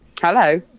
Hello